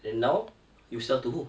and then now you sell to who